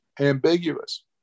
ambiguous